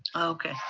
okay.